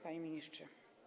Panie Ministrze!